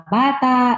bata